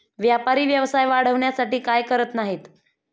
व्यापारी व्यवसाय वाढवण्यासाठी काय काय करत नाहीत